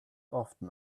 often